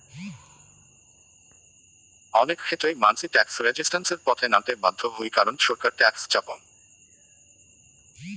অনেক ক্ষেত্রেই মানসি ট্যাক্স রেজিস্ট্যান্সের পথে নামতে বাধ্য হই কারণ ছরকার ট্যাক্স চাপং